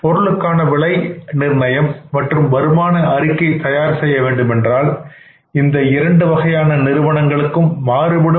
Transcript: பொருளுக்கான விலை நிர்ணயம் மற்றும் வருமான அறிக்கையை தயார் செய்ய வேண்டும் என்றால் இந்த வேலை இரண்டு வகையான நிறுவனங்களுக்கும் மாறுபடும்